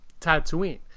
Tatooine